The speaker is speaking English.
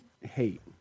hate